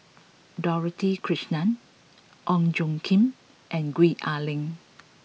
Dorothy Krishnan Ong Tjoe Kim and Gwee Ah Leng